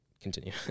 continue